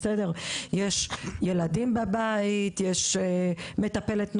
יש ילדים בבית, יש מטפלת נוספת,